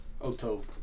Oto